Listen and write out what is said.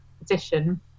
position